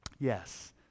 Yes